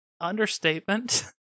Understatement